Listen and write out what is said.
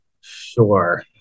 Sure